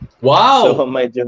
Wow